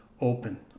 Open